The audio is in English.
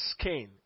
skin